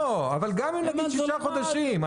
גם אם מדובר בשישה חודשים.